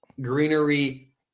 greenery